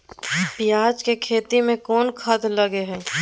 पियाज के खेती में कोन खाद लगे हैं?